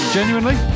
Genuinely